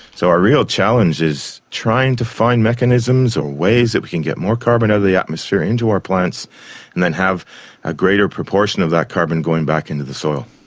so our real challenge is trying to find mechanisms or ways that we can get more carbon out of the atmosphere into our plants and then have a greater proportion of that carbon going back into the soil.